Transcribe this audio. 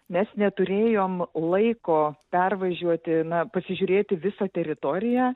mes neturėjom laiko pervažiuoti na pasižiūrėti visą teritoriją